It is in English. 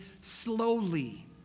slowly